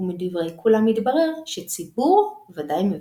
ומדברי כולם מתברר שציבור ודאי מברך.